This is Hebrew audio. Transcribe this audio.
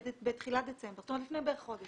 בתחילת דצמבר, בערך לפני חודש.